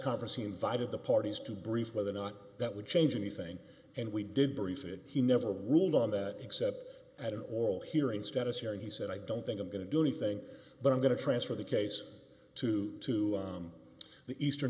conference he invited the parties to brief whether or not that would change anything and we did brief it he never ruled on that except at an oral hearing status hearing he said i don't think i'm going to do anything but i'm going to transfer the case to to the eastern